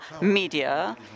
media